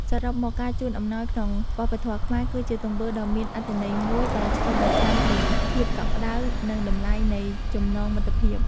សរុបមក ការជូនអំណោយក្នុងវប្បធម៌ខ្មែរ គឺជាទង្វើដ៏មានអត្ថន័យមួយដែលឆ្លុះបញ្ចាំងពី ភាពកក់ក្តៅ និងតម្លៃនៃចំណងមិត្តភាព។